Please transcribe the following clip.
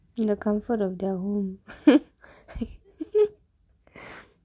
in the comfort of their home